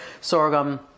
sorghum